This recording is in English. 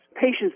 Patients